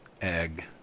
Egg